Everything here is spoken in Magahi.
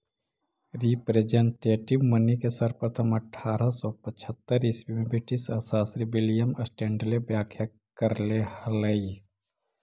रिप्रेजेंटेटिव मनी के सर्वप्रथम अट्ठारह सौ पचहत्तर ईसवी में ब्रिटिश अर्थशास्त्री विलियम स्टैंडले व्याख्या करले हलई